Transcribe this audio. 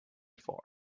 four